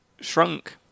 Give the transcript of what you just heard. shrunk